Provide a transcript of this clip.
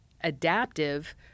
adaptive